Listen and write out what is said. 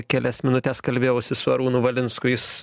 kelias minutes kalbėjausi su arūnu valinsku jis